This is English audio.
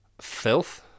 Filth